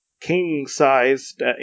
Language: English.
king-sized